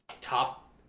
top